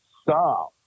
Stop